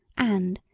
and,